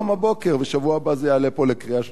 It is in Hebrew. ובשבוע הבא זה יעלה פה לקריאה שנייה ושלישית.